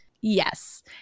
yes